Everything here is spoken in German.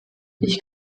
ich